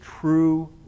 true